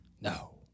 No